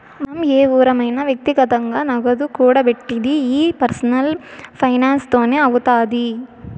మనం ఎవురమైన వ్యక్తిగతంగా నగదు కూడబెట్టిది ఈ పర్సనల్ ఫైనాన్స్ తోనే అవుతాది